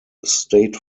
state